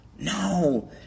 No